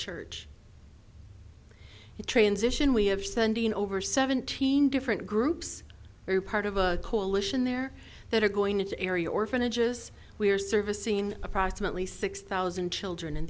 church transition we have sending over seventeen different groups are part of a coalition there that are going to carry orphanages we are servicing approximately six thousand children